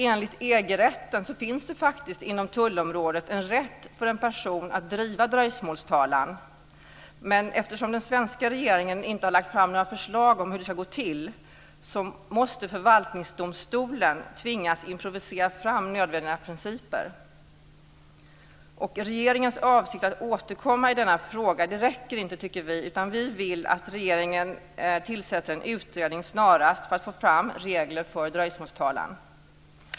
Enligt EG-rätten finns det faktiskt inom tullområdet en rätt för en person att driva dröjsmålstalan, men eftersom den svenska regeringen inte har lagt fram några förslag om hur det ska gå till tvingas förvaltningsdomstolen improvisera fram nödvändiga principer. Regeringens avsikt att återkomma i denna fråga räcker inte, tycker vi, utan vi vill att regeringen snarast tillsätter en utredning för att få fram regler för dröjsmålstalan.